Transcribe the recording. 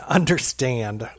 understand